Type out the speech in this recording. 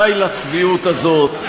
די לצביעות הזאת,